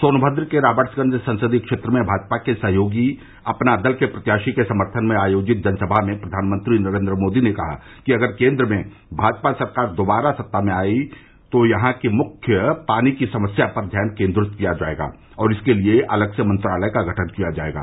सोनभद्र के राबर्ट्सगंज संसदीय क्षेत्र में भाजपा के सहयोगी अपना दल के प्रत्याशी के समर्थन में आयोजित जनसभा में प्रधानमंत्री नरेन्द्र मोदी ने कहा कि अगर केन्द्र में भाजपा सरकार दोबारा सत्ता में आती है तो यहां की मुख्य पानी की समस्या पर ध्यान केन्द्रित किया जायेगा और इसके लिये अलग से मंत्रालय का गठन किया जायेगा